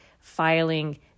filing